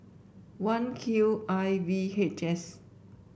one Q I V H S